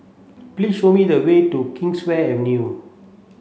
please show me the way to Kingswear Avenue